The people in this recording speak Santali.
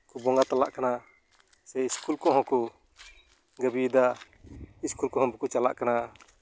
ᱠᱚ ᱵᱚᱸᱜᱟ ᱛᱟᱞᱟᱜ ᱠᱟᱱᱟ ᱥᱮ ᱥᱠᱩᱞ ᱠᱚᱦᱚᱸ ᱠᱚ ᱵᱟᱹᱜᱤᱭᱮᱫᱟ ᱥᱠᱩᱞ ᱠᱚᱦᱚᱸ ᱵᱟᱠᱚ ᱪᱟᱞᱟᱜ ᱠᱟᱱᱟ